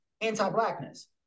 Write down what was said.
anti-blackness